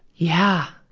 yeah!